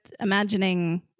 imagining